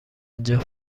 اینجا